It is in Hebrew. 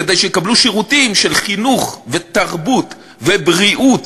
כדי שיקבלו שירותים של חינוך ותרבות ובריאות